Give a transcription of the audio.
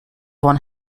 one